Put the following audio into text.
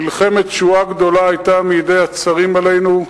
מלחמת תשועה גדולה היתה מידי הצרים עלינו.